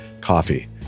coffee